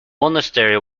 monastery